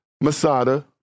Masada